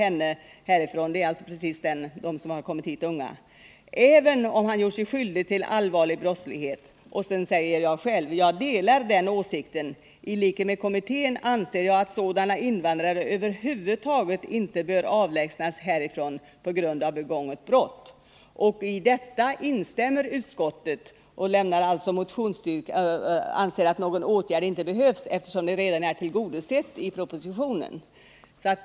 Det gäller alltså precis dem som har kommit hit som unga — även om de har gjort sig skyldiga till allvarlig brottslighet. Och sedan säger jag själv att jag delar den åsikten. I likhet med kommittén anser jag att sådana invandrare över huvud taget inte bör avlägsnas härifrån på grund av begånget brott. I detta instämmer utskottet och anser att någon åtgärd inte behövs, eftersom det motionsyrkandet redan är tillgodosett i propositionen.